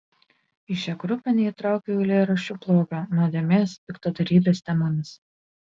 į šią grupę neįtraukiau eilėraščių blogio nuodėmės piktadarybės temomis